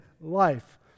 life